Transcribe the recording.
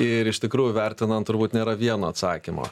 ir iš tikrųjų vertinant turbūt nėra vieno atsakymo